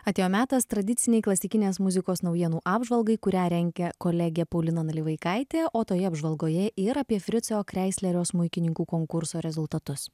atėjo metas tradicinei klasikinės muzikos naujienų apžvalgai kurią rengia kolegė paulina nalivaikaitė o toje apžvalgoje ir apie fricio kreislerio smuikininkų konkurso rezultatus